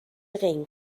این